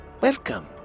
Welcome